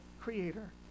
creator